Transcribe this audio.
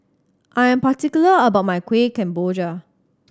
I am particular about my Kueh Kemboja